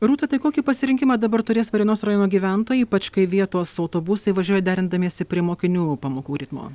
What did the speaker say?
rūta tai kokį pasirinkimą dabar turės varėnos rajono gyventojai ypač kai vietos autobusai važiuoja derindamiesi prie mokinių pamokų ritmo